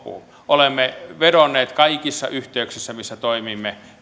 olemme vedonneet kaikissa yhteyksissä missä toimimme